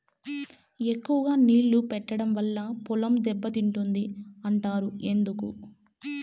ఎక్కువగా నీళ్లు పెట్టడం వల్ల పొలం దెబ్బతింటుంది అంటారు ఎందుకు?